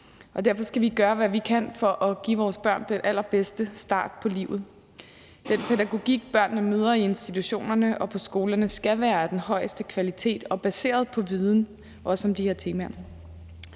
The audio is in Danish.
derfor skal vi gøre, hvad vi kan, for at give vores børn den allerbedste start på livet. Den pædagogik, børnene møder i institutionerne og på skolerne, skal være af den højeste kvalitet og baseret på viden, også om de her temaer.